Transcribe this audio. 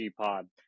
pod